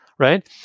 right